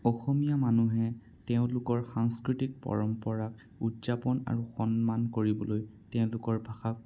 অসমীয়া মানুহে তেওঁলোকৰ সাংস্কৃতিক পৰম্পৰাক উদযাপন আৰু সন্মান কৰিবলৈ তেওঁলোকৰ ভাষাক